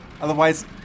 otherwise